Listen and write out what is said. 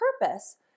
purpose